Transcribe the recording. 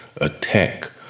attack